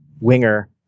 winger